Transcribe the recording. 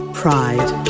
pride